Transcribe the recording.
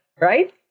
right